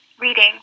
reading